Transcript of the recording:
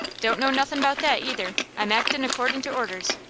don't know nothin' about that, either. i'm actin' accordin' to orders.